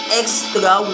extra